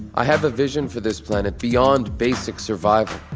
i have a vision for this planet beyond basic survival.